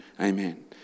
Amen